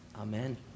Amen